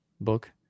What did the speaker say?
book